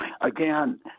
again